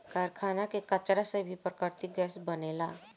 कारखाना के कचरा से भी प्राकृतिक गैस बनेला